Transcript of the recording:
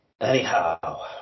anyhow